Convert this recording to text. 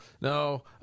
No